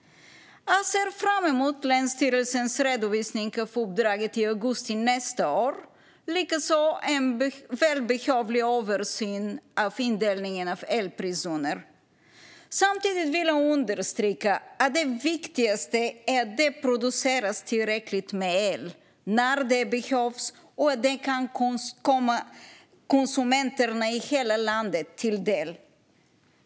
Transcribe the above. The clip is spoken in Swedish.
Jag ser fram emot länsstyrelsens redovisning av uppdraget i augusti nästa år liksom en välbehövlig översyn av indelningen i elpriszoner. Samtidigt vill jag understryka att det viktigaste är att det produceras tillräckligt med el när det behövs och att detta kan komma konsumenterna i hela landet till del.